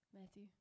Matthew